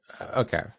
okay